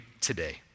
today